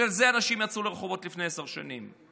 בשביל זה אנשים יצאו לרחובות לפני עשר שנים.